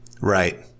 Right